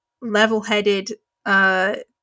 level-headed